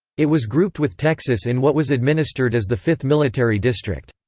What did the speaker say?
it was grouped with texas in what was administered as the fifth military district.